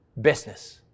business